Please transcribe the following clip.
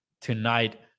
tonight